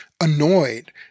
annoyed